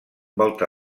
volta